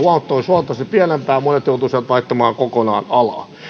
olisi huomattavasti pienempää ja monet joutuisivat vaihtamaan kokonaan alaa